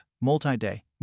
multi-day